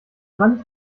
wand